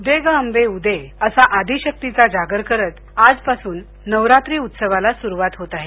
उदे ग अंबे उदे असा आदिशक्तीचा जागर करत आजपासून नवरात्री उत्सवाला सुरुवात होत आहे